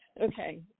Okay